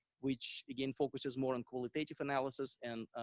which again focuses more on qualitative analysis and